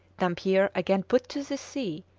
dampier again put to sea,